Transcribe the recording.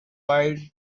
wide